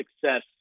success